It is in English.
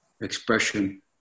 expression